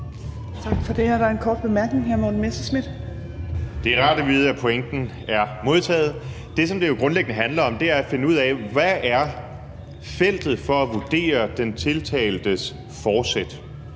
fra hr. Morten Messerschmidt. Kl. 14:34 Morten Messerschmidt (DF): Det er rart at vide, at pointen er modtaget. Det, som det jo grundlæggende handler om, er at finde ud af, hvad feltet er for at vurdere den tiltaltes forsæt.